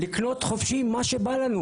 לקנות חופשי מה שבא לנו